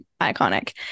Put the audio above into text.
iconic